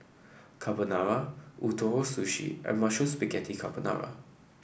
Carbonara Ootoro Sushi and Mushroom Spaghetti Carbonara